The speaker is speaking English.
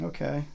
Okay